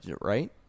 right